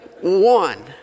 one